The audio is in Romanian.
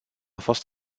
fost